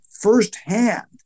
firsthand